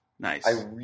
Nice